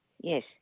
Yes